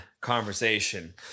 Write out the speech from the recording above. conversation